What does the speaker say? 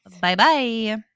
bye-bye